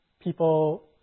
People